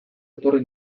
etorri